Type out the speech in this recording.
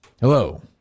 Hello